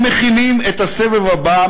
הם מכינים את הסבב הבא,